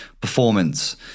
performance